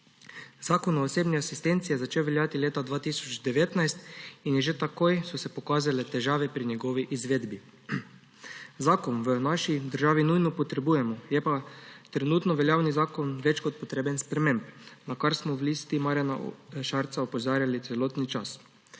Zakon o osebni asistenci je začel veljati leta 2019 in že takoj so se pokazale težave pri njegovi izvedbi. Zakon v naši državi nujno potrebujemo, je pa trenutno veljavni zakon več kot potreben sprememb, na kar smo v Listi Marjana Šarca opozarjali celotni čas,